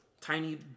tiny